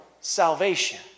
salvation